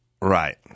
Right